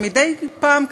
ומדי פעם,